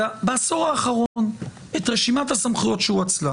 אלא בעשור האחרון את רשימת הסמכויות שהואצלה.